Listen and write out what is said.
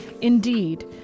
Indeed